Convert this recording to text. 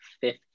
fifth